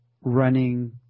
running